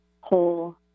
whole